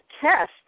test